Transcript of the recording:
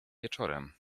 wieczorem